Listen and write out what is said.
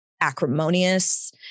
acrimonious